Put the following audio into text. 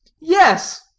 Yes